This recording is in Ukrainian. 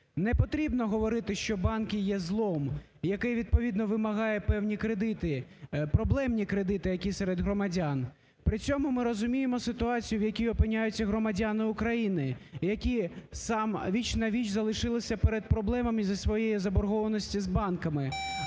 Не потрібно говорити, що банки є злом, який. відповідно, вимагає певні кредити, проблемні кредити, які серед громадян. При цьому ми розуміємо ситуацію, в якій опиняються громадяни України, які сам… віч-на-віч залишилися перед проблемами зі своєю заборгованістю з банками.